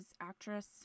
actress